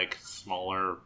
smaller